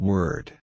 Word